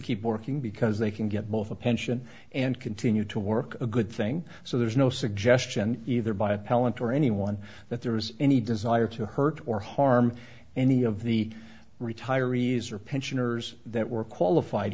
keep working because they can get both a pension and continue to work a good thing so there's no suggestion either by appellant or anyone that there's any desire to hurt or harm any of the retirees or pensioners that were qualified